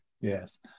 Yes